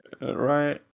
Right